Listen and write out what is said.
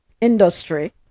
industry